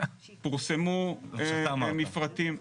פורסמו מפרטים.